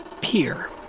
pier